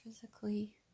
physically